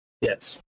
Yes